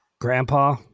Grandpa